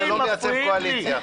זה לא מייצב קואליציה.